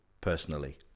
personally